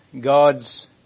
God's